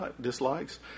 dislikes